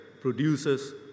produces